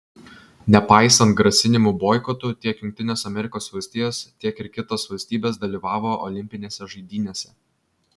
nepaisant grasinimų boikotu tiek jungtinės amerikos valstijos tiek ir kitos valstybės dalyvavo olimpinėse žaidynėse